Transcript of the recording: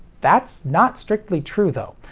that's not strictly true, though.